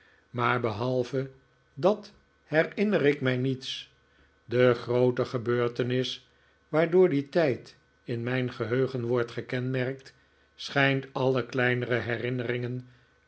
maar behalve dat herinner ik mij niets de groote gebeurtenis waardoor die tijd in mijn geheugen wordt gekenmerkt schijnt alle kleinere herinneringen